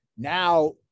Now